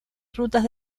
rutas